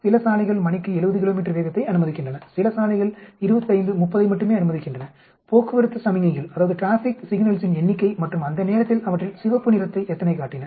சில சாலைகள் மணிக்கு 70 கிலோமீட்டர் வேகத்தை அனுமதிக்கின்றன சில சாலைகள் 25 30 யை மட்டுமே அனுமதிக்கின்றன போக்குவரத்து சமிக்ஞைகளின் எண்ணிக்கை மற்றும் அந்த நேரத்தில் அவற்றில் சிவப்பு நிறத்தை எத்தனை காட்டின